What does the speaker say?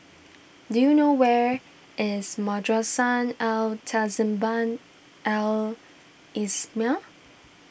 do you know where is Madrasah Al Tahzibiah Al Islamiah